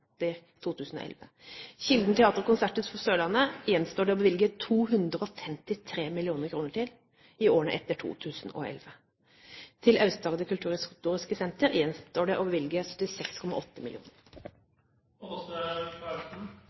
Teater- og konserthus for Sørlandet gjenstår det å bevilge 253 mill. kr i årene etter 2011. Til Aust-Agder kulturhistoriske senter gjenstår det å